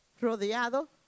rodeado